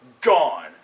Gone